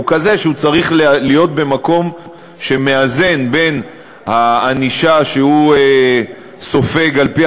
הם כאלה שהוא צריך להיות במקום שמאזן את הענישה שהוא סופג לפי